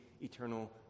eternal